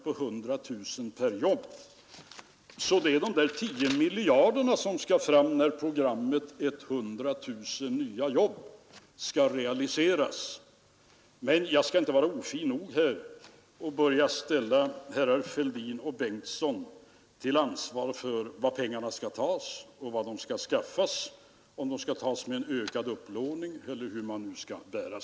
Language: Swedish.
Men detta lysande 1960-tal står ju också den här regeringen för. Vi har undsluppit valutakriser. Vi var litet nära 1970, men det klarades av. Många länder har fått ta sig fram med devalveringar och en utpräglad oro från omvärlden kontra landets valuta.